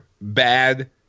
bad